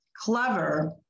clever